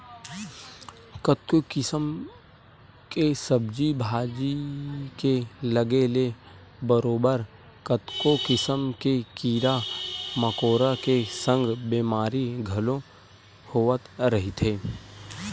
कतको किसम के सब्जी भाजी के लगे ले बरोबर कतको किसम के कीरा मकोरा के संग बेमारी घलो होवत रहिथे